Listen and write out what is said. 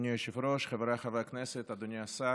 אדוני היושב-ראש, חבריי חברי הכנסת, אדוני השר,